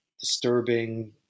disturbing